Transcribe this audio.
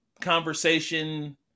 conversation